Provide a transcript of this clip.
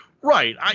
Right